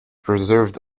preserved